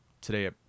today